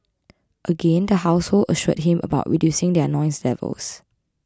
again the household assured him about reducing their noise levels